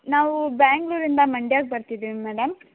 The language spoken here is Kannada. ನಾವು ಬೆಂಗ್ಳೂರಿಂದ ಮಂಡ್ಯಕ್ಕೆ ಬರ್ತಿದೀವಿ ಮೇಡಮ್